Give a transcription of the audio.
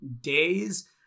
days